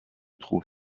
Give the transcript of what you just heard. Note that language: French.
trouve